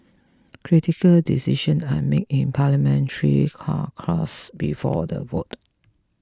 critical decisions are made in Parliamentary caucus before the vote